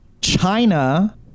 China